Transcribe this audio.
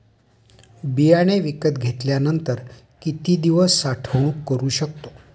बियाणे विकत घेतल्यानंतर किती दिवस साठवणूक करू शकतो?